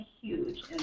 huge